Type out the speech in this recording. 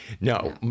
no